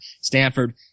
Stanford